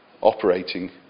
operating